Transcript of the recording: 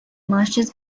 martians